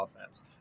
offense